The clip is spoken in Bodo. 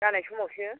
जानाय समावसो